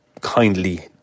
kindly